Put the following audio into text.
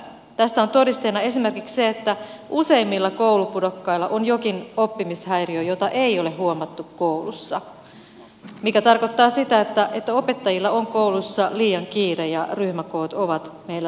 tästä on todisteena esimerkiksi se että useimmilla koulupudokkailla on jokin oppimishäiriö jota ei ole huomattu koulussa mikä tarkoittaa sitä että opettajilla on kouluissa liian kiire ja ryhmäkoot ovat meillä liian suuret